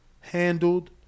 handled